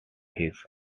his